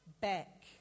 back